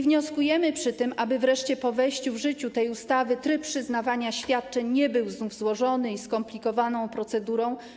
Wnioskujemy przy tym, aby po wejściu w życie tej ustawy tryb przyznawania świadczeń nie był znów złożoną i skomplikowaną procedurą.